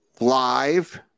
live